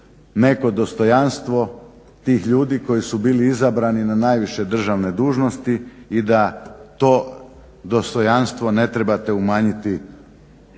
neko dostojanstvo tih ljudi koji su bili izabrani na najviše državne dužnosti i da to dostojanstvo ne trebate umanjiti